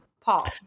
paul